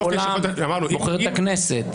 כמו שכל העם בוחר את הכנסת.